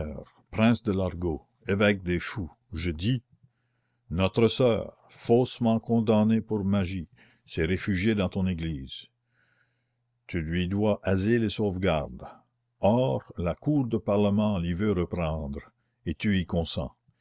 prince de l'argot évêque des fous je dis notre soeur faussement condamnée pour magie s'est réfugiée dans ton église tu lui dois asile et sauvegarde or la cour de parlement l'y veut reprendre et tu y consens